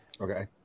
Okay